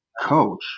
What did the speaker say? coach